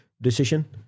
decision